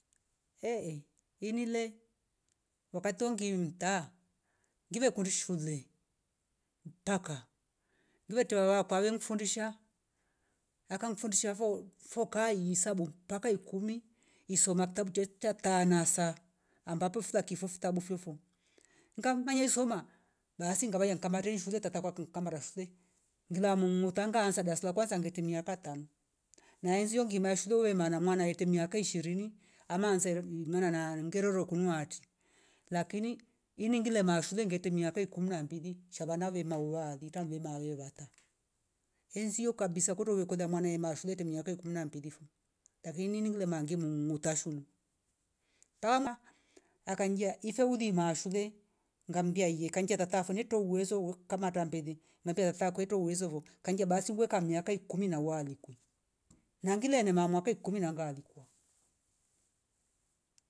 Ei- inile waka tongi mtaa ngive kundi shule mpaka vile tewawa kwale nkufundisha akamfundisha fo- foka isabu mpaka isoma kitabu cha chaste cha tanasa ambapo fila kifo fitabu fyofyo ngamaye soma basi ngamaya nkamale shure tatakwa kin kamara shule ngila muungotanga anza darasa la kwanza angetimia apatane na enzio ngima shule uwe mana mwana eti miaka ishirini ama nanze merana ngeroro kunuati lakini iningile mashule ngete miaka ikumi na mbiki shava nave maua lita mmema we vata, enzio kabisa kutowekolia maana ema shule temiaka ikumi na mbili fo lakini ini ngule mnagimumu mutashumu pama akanijia ifeuli mashule ngambia ye kainjia tata fineto uwezo weuk kamata mbili navia faa kweto uwizo vo kngia basi uwe ka miaka ikumi na walikwe. Na ngile nyama mwaka ikumi na ngalikwa